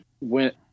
went